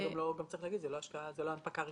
זו גם לא הנפקה ראשונית.